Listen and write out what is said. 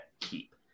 keep